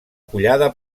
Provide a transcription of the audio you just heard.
collada